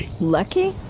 Lucky